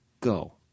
go